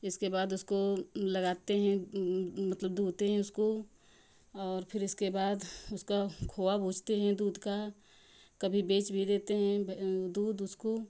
इसके बाद उसको लगाते हैं मतलब धोते हैं उसको और फ़िर उसके बाद उसका खोवा भूंजते हैं दूध का कभी बेच भी देते हैं ब दूध उसको